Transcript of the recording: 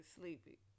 sleepy